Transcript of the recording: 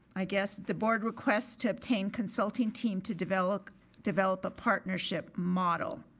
i guess, the board request to obtain consulting team to develop develop a partnership model.